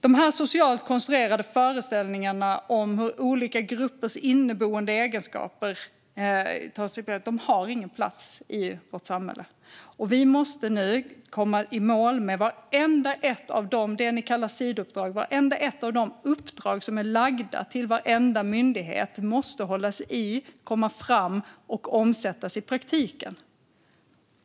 Dessa socialt konstruerade föreställningar om olika gruppers inneboende egenskaper har ingen plats i vårt samhälle. Vi måste därför komma i mål, och vartenda ett av de uppdrag som är lagda till varenda myndighet måste hållas i, komma fram och omsättas i praktiken.